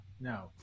no